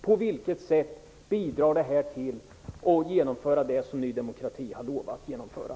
På vilket sätt bidrar det till att genomföra de som Ny demokrati har lovat genomföra?